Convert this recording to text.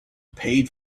paid